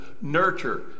nurture